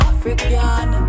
African